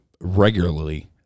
regularly